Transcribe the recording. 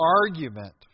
argument